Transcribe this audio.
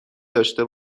داشته